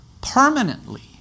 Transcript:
permanently